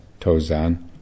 Tozan